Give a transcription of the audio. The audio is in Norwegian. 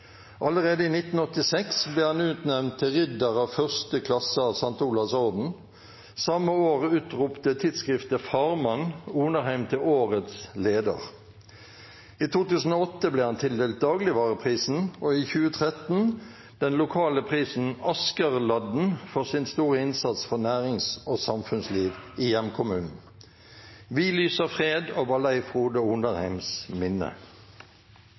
Allerede i 1986 ble han utnevnt til Ridder av 1. klasse av St. Olavs Orden. Samme året utropte tidsskriftet Farmand Onarheim til årets leder. I 2008 ble han tildelt Dagligvareprisen og i 2013 den lokale prisen Askerladden for sin store innsats for nærings- og samfunnsliv i hjemkommunen. Vi lyser fred over Leif Frode Onarheims minne.